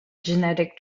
genetic